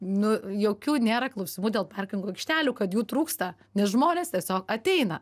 nu jokių nėra klausimų dėl parkingo aikštelių kad jų trūksta nes žmonės tiesiog ateina